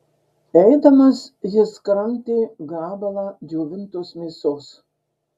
eidamas jis kramtė gabalą džiovintos mėsos